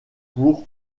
pour